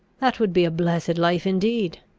that would be a blessed life indeed!